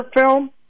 film